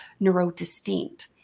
neurodistinct